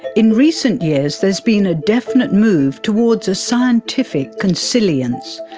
in recent years there's been a definite move towards a scientific consilience.